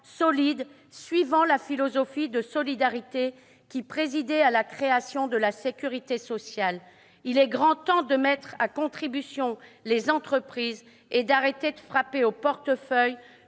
solide, suivant la philosophie de solidarité qui présidait à la création de la sécurité sociale. Il est grand temps de mettre à contribution les entreprises et d'arrêter de frapper au portefeuille